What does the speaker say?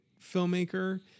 filmmaker